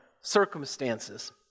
circumstances